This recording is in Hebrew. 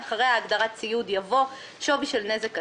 "(3)אחרי ההגדרה "ציוד" יבוא: ""שווי של נזק עקיף"